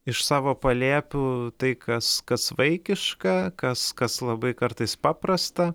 iš savo palėpių tai kas kas vaikiška kas kas labai kartais paprasta